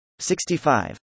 65